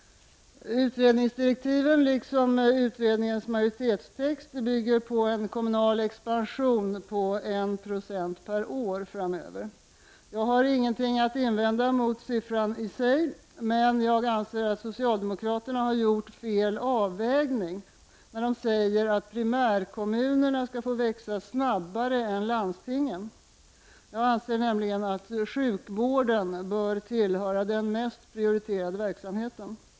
Utredningsdirektiven liksom utredningens majoritetstext bygger på en kommunal expansion på 1 96 per år framöver. Jag har ingenting att invända mot siffran i sig, men jag anser att socialdemokraterna har gjort fel avvägning när de säger att primärkommunerna skall få växa snabbare än landstingen. Jag anser nämligen att sjukvården bör tillhöra den mest prioriterade verksamheten.